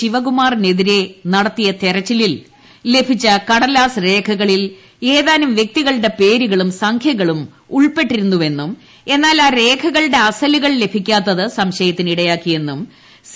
ശിവകുമാറിനെതിരെ നട ത്തിയ തെരച്ചലിൽ ലഭിച്ചു കടലാസ് രേഖകളിൽ ഏതാനും വ്യക്തികളുടെ പേരുകളും സംഖ്യകളും ഉൾപ്പെട്ടിരുന്നുവെന്നും എന്നാൽ ആ രേഖകളുടെ അസ്ലുകൾ ലഭിക്കാത്തത് സംശയത്തിനിടയാക്കിയെന്നും സി